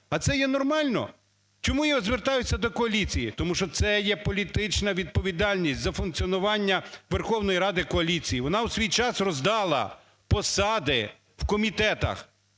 А це є нормально? Чому я звертаюсь до коаліції? Тому що це є політична відповідальність за функціонування Верховної Ради коаліції. Вона у свій час роздала посади в комітетах,